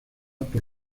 por